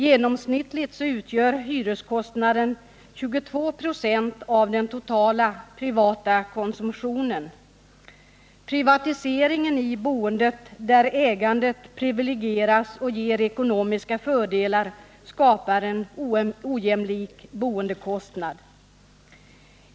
Genomsnittligt utgör hyreskostnaden 22 96 av den totala privata konsumtionen. Privatiseringen i boendet, där ägandet privilegieras och ger ekonomiska fördelar, skapar en ojämlik bostadskostnad.